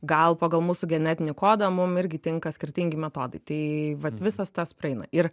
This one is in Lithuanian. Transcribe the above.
gal pagal mūsų genetinį kodą mum irgi tinka skirtingi metodai tai vat visas tas praeina ir